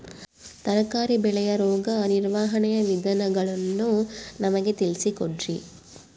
ತರಕಾರಿ ಬೆಳೆಯ ರೋಗ ನಿರ್ವಹಣೆಯ ವಿಧಾನಗಳನ್ನು ನಮಗೆ ತಿಳಿಸಿ ಕೊಡ್ರಿ?